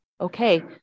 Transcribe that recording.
Okay